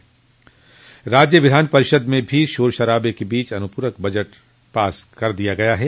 वहीं राज्य विधान परिषद मे भी शोर शराबे के बीच अनुपूरक बजट पास कर दिया गया है